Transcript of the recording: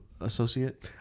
associate